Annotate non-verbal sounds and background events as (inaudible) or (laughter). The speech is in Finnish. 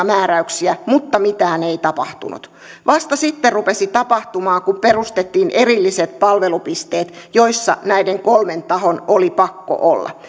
(unintelligible) määräyksiä mutta mitään ei tapahtunut vasta sitten rupesi tapahtumaan kun perustettiin erilliset palvelupisteet joissa näiden kolmen tahon oli pakko olla (unintelligible)